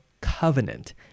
covenant